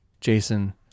Jason